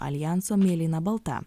aljanso mėlyna balta